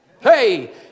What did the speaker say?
Hey